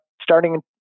starting